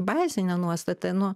bazinę nuostatą nu